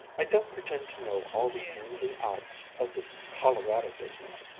i don't pretend to know all the ins and outs of this colorado business.